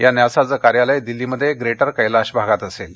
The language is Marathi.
या न्यासाचं कार्यालय दिल्लीमध्ये ग्रेटर कैलाश भागात असेल